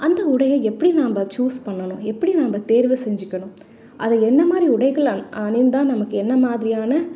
அந்த உடையை எப்படி நாம் சூஸ் பண்ணணும் எப்படி நம்ம தேர்வு செஞ்சுக்கணும் அது என்ன மாதிரி உடைகள் அ அணிந்தால் நமக்கு என்ன மாதிரியான